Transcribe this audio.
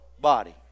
body